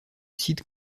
site